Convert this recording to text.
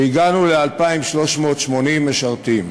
והגענו ל-2,380 משרתים,